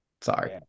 sorry